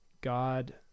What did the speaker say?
God